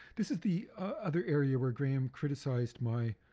this is the other area where graham criticized my